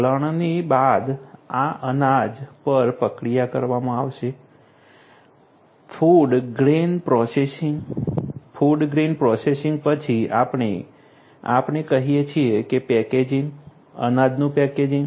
લણણી બાદ આ અનાજ પર પ્રક્રિયા કરવામાં આવશે food grain processing food grain processing પછી આપણે આપણે કહીએ છીએ કે પેકેજિંગ અનાજનું પેકેજિંગ